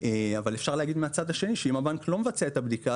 אבל מהצד השני אפשר לומר שאם הבנק לא מבצע את הבדיקה,